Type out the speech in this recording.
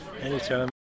Anytime